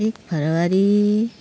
एक फेब्रुअरी